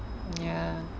ya